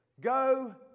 Go